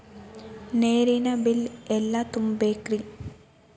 ನೇರಿನ ಬಿಲ್ ಎಲ್ಲ ತುಂಬೇಕ್ರಿ?